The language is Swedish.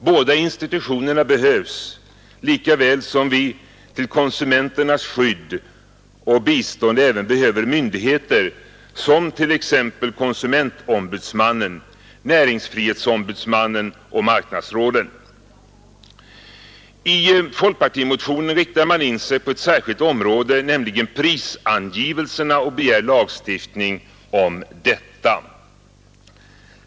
Båda institutionerna behövs, lika väl som vi till konsumenternas skydd och bistånd även behöver myndigheter som t.ex. konsumentombudsmannen, näringsfrihetsombudsmannen och marknadsrådet. I folkpartimotionen riktar man in sig på ett särskilt område, nämligen prisangivelserna, och begär lagstiftning om detta.